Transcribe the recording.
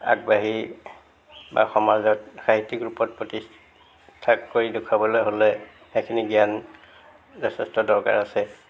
আগবাঢ়ি বা সমাজত সাহিত্য়িক ৰূপত প্ৰতিষ্ঠা কৰি দেখুৱাবলৈ হ'লে সেইখিনি জ্ঞান যথেষ্ট দৰকাৰ আছে